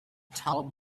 tall